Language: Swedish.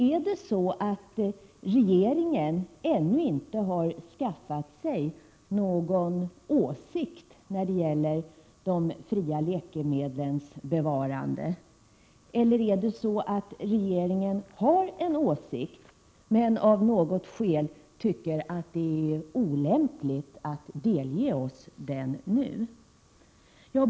Är det så att regeringen ännu inte har skaffat sig någon åsikt när det gäller de fria läkemedlens bevarande, eller är det så att regeringen har en åsikt men av något skäl tycker att det är olämpligt att delge oss den nu?